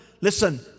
listen